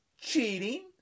cheating